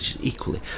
equally